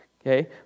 okay